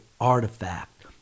artifact